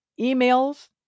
emails